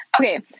Okay